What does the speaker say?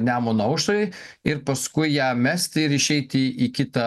nemuno aušrai ir paskui ją mesti ir išeiti į kitą